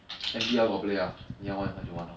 M_T_R got play ah 你要玩的话你就玩 lor